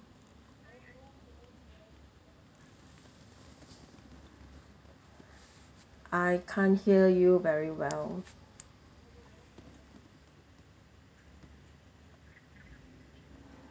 I can't hear you very well